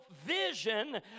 vision